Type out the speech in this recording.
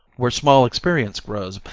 where small experience grows.